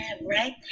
right